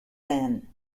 then